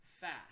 fast